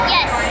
Yes